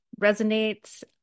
resonates